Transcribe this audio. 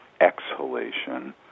exhalation